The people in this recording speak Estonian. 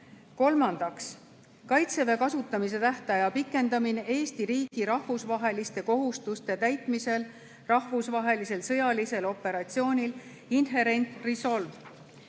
Kolmandaks, "Kaitseväe kasutamise tähtaja pikendamine Eesti riigi rahvusvaheliste kohustuste täitmisel rahvusvahelisel sõjalisel operatsioonil "Inherent Resolve"".